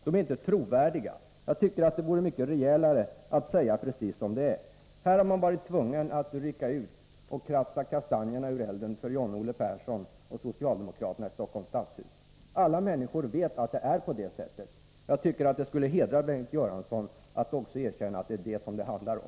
De är inte trovärdiga. Jag tycker att det är mycket rejälare att säga precis som det är. Här har man varit tvungen att rycka ut och kratsa kastanjerna ur elden åt John-Olle Persson och de övriga socialdemokraterna i Stockholms stadshus. Alla människor vet att det är på det sättet. Jag tycker att det skulle hedra Bengt Göransson om han också erkände att det är vad det handlar om.